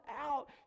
out